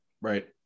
Right